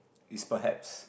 is perhaps